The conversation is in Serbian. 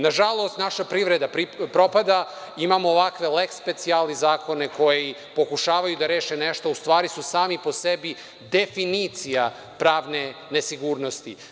Nažalost, naša privreda propada, imamo ovakve „leks specijalis“ zakone koji pokušavaju da rešavaju ovako nešto, u stvari su sami po sebi definicija pravne nesigurnosti.